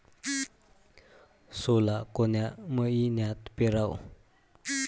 सोला कोन्या मइन्यात पेराव?